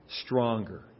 stronger